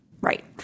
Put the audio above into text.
Right